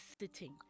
sitting